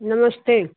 नमस्ते